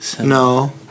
No